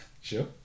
Sure